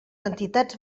entitats